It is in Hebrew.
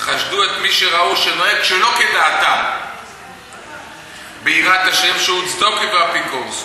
חשדו את מי שראו שנוהג שלא כדעתם ביראת ה' שהוא צדוקי ואפיקורס,